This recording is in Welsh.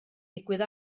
digwydd